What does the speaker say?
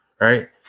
Right